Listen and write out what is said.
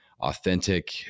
authentic